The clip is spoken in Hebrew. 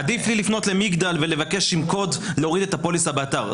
עדיף לי לפנות למגדל ולבקש עם קוד להוריד את הפוליסה באתר.